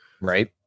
Right